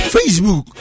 Facebook